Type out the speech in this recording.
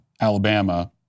Alabama